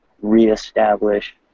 reestablish